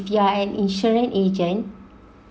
if you are an insurance agent